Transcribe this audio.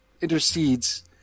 intercedes